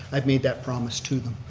i've made that promise to them.